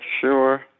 sure